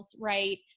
right